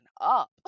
up